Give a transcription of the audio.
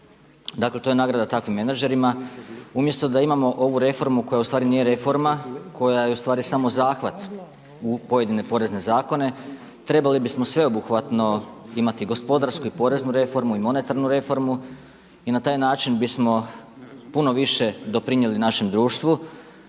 Dakle to je nagrada takvim menadžerima. Umjesto da imamo ovu reformu koja ustvari nije reforma koja je ustvari samo zahvat u pojedine porezne zakone trebali bismo sveobuhvatno imati gospodarsku i poreznu reformu i monetarnu reformu i na taj način bismo puno više doprinijeli našem društvu.